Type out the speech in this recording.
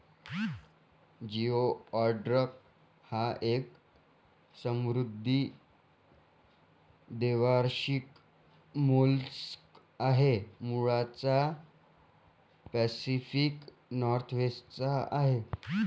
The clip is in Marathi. जिओडॅक हा एक समुद्री द्वैवार्षिक मोलस्क आहे, मूळचा पॅसिफिक नॉर्थवेस्ट चा आहे